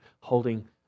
holding